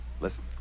Listen